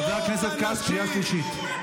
חבר הכנסת כץ, קריאה שלישית.